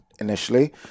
initially